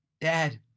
Dad